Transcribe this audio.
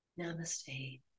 namaste